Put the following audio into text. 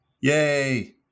Yay